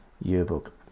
yearbook